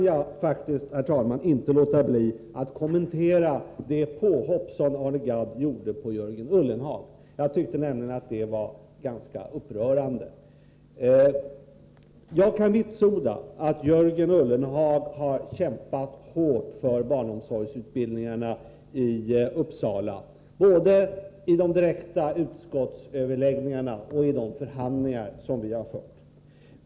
Jag kan faktiskt inte låta bli att kommentera det påhopp som Arne Gadd gjorde på Jörgen Ullenhag, eftersom jag tycker att påhoppet var ganska upprörande. Jag kan vitsorda att Jörgen Ullenhag har kämpat hårt för barnomsorgsutbildningarna i Uppsala både i de direkta utskottsöverläggningarna och vid de förhandlingar som vi har fört.